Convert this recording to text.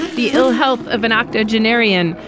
the ill health of an octogenarian,